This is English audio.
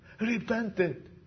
Repented